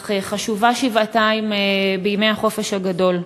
אך חשובה שבעתיים בימי החופש הגדול.